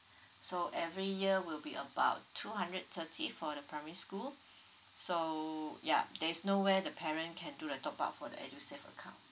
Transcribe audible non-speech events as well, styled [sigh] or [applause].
[breath] so every year will be about two hundred thirty for the primary school so yup there is no way the parent can do the top up for the edusave account